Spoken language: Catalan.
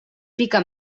pica